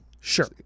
Sure